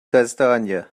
kastanie